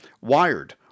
Wired